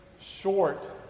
short